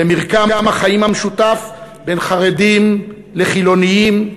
למרקם החיים המשותף בין חרדים לחילונים,